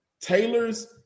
Taylor's